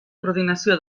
coordinació